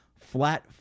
flat